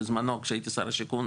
בזמנו כשהייתי שר השיכון,